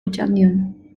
otxandion